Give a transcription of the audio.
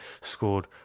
scored